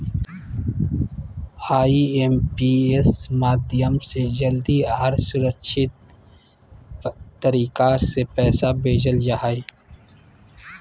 IMPS माध्यम से जल्दी आर सुरक्षित तरीका से पैसा भेजल जा हय